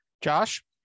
Josh